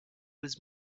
was